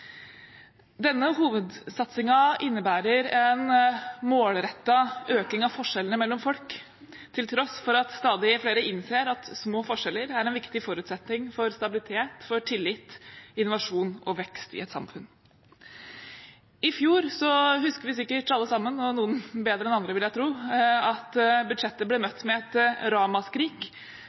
Denne hovedsatsingen innebærer en målrettet økning av forskjellene mellom folk, til tross for at stadig flere innser at små forskjeller er en viktig forutsetning for stabilitet, tillit, innovasjon og vekst i et samfunn. I fjor, som vi sikkert alle sammen husker – og noen bedre enn andre, vil jeg tro – ble budsjettet møtt med et ramaskrik,